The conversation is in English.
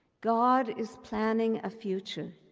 god is planning a future